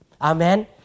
Amen